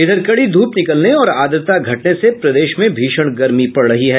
इधर कड़ी ध्रप निकलने और आर्द्रता घटने से प्रदेश में भीषण गर्मी पड़ रही है